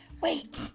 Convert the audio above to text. Wait